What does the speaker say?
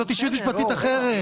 זאת ישות משפטית אחרת.